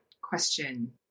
question